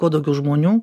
kuo daugiau žmonių